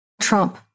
Trump